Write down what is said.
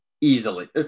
easily